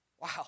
Wow